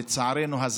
לצערנו,